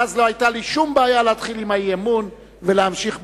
שאז לא היתה לי שום בעיה להתחיל עם האי-אמון ולהמשיך בהודעה.